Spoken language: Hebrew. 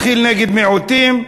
מתחיל נגד מיעוטים,